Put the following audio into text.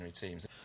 teams